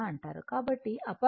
కాబట్టి apparent power V I